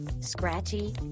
Scratchy